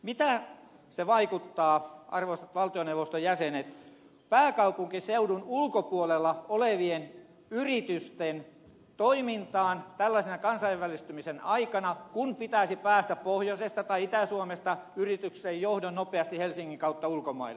mitä se vaikuttaa arvoisat valtioneuvoston jäsenet pääkaupunkiseudun ulkopuolella olevien yritysten toimintaan tällaisena kansainvälistymisen aikana kun yrityksen johdon pitäisi päästä pohjoisesta tai itä suomesta nopeasti helsingin kautta ulkomaille